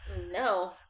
No